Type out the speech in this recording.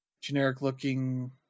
generic-looking